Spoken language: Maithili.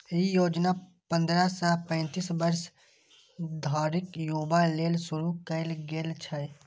ई योजना पंद्रह सं पैतीस वर्ष धरिक युवा लेल शुरू कैल गेल छै